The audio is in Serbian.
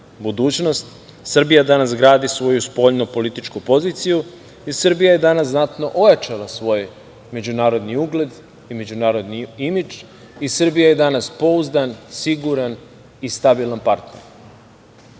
budućnost Srbija danas gradi svoju spoljnopolitičku poziciju i Srbija je danas znatno ojačala svoj međunarodni ugled i međunarodni imidž i Srbija je danas pouzdan, siguran i stabilan partner. Ono